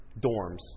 dorms